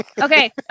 Okay